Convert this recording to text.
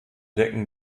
decken